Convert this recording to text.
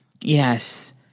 Yes